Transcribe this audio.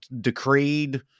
decreed